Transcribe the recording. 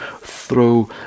throw